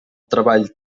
treball